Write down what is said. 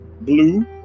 blue